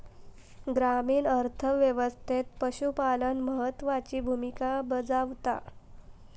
ग्रामीण अर्थ व्यवस्थेत पशुपालन महत्त्वाची भूमिका बजावता